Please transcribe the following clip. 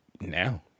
now